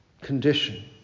condition